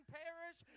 perish